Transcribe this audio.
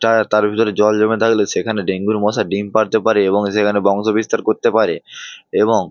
tyre তার ভিতরে জল জমে থাকলে সেখানে ডেঙ্গুর মশা ডিম পাড়তে পারে এবং সেখানে বংশ বিস্তার করতে পারে এবং